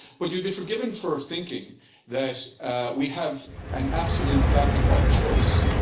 but you'd be forgiven for thinking that we have an absolute black and white choice.